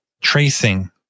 tracing